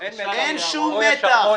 הבקשה להערות --- אין שום מתח.